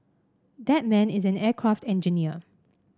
that man is an aircraft engineer